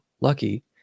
lucky